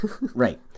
Right